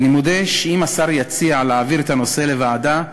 אני מודה שאם השר יציע להעביר את הנושא לוועדה,